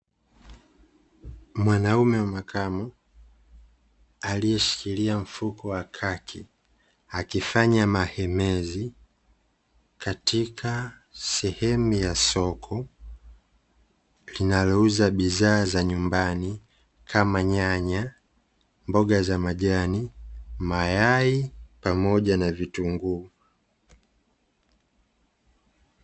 Mwanaume wa makamo aliyeshikilia mfuko wa kaki, akifanya mahemezi katika sehemu ya soko, linalouza bidhaa za nyumbani kama nyanya, mboga za majani, mayai pamoja na vitunguu.